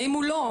האם הוא לא?